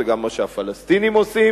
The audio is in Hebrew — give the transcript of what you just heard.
זה גם מה שהפלסטינים עושים,